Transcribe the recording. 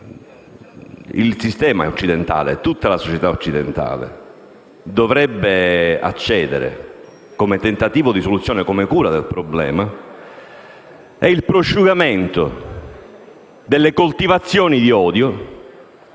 Quello a cui tutta la società occidentale dovrebbe accedere come tentativo di soluzione e come cura del problema è il prosciugamento delle coltivazioni di odio